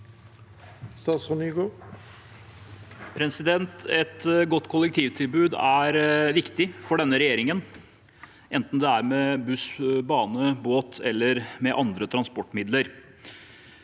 Et godt kol- lektivtilbud er viktig for denne regjeringen, enten det er med buss, bane, båt eller andre transportmidler.